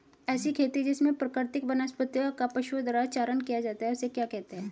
ऐसी खेती जिसमें प्राकृतिक वनस्पति का पशुओं द्वारा चारण किया जाता है उसे क्या कहते हैं?